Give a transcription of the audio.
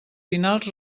finals